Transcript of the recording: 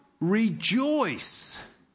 rejoice